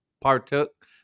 partook